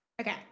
Okay